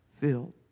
filled